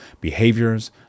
behaviors